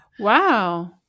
wow